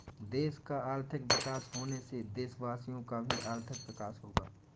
देश का आर्थिक विकास होने से देशवासियों का भी आर्थिक विकास होगा